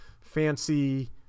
fancy